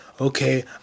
Okay